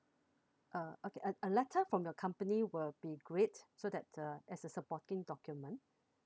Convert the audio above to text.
uh okay a a letter from your company will be great so that uh as a supporting document